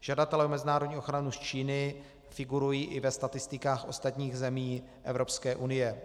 Žadatelé o mezinárodní ochranu z Číny figurují i ve statistikách ostatních zemí Evropské unie.